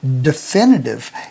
definitive